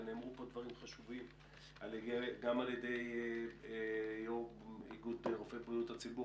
ונאמרו פה דברים חשובים גם על ידי יו"ר איגוד רופאי בריאות הציבור,